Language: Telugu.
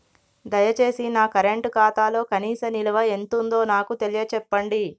దయచేసి నా కరెంట్ ఖాతాలో కనీస నిల్వ ఎంతుందో నాకు తెలియచెప్పండి